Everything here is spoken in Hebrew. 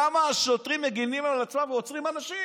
למה השוטרים מגינים על עצמם ועוצרים אנשים.